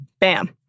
bam